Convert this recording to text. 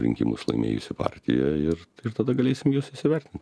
rinkimus laimėjusi partija ir ir tada galėsim juos įsivertint